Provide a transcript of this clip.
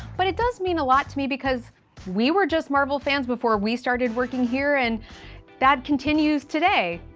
but it does mean a lot to me, because we were just marvel fans before we started working here. and that continues today.